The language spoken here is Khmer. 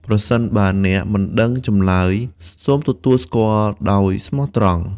ប្រសិនបើអ្នកមិនដឹងចម្លើយ សូមទទួលស្គាល់ដោយស្មោះត្រង់។